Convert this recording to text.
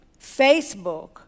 Facebook